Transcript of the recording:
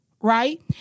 right